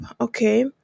okay